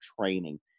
training